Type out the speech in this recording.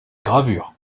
gravures